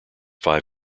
their